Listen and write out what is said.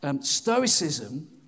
Stoicism